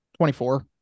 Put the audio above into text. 24